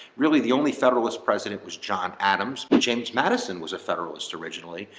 really the only federalist president was john adams. but james madison was a federalist originally.